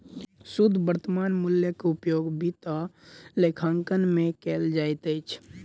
शुद्ध वर्त्तमान मूल्यक उपयोग वित्त आ लेखांकन में कयल जाइत अछि